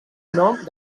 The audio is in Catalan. nom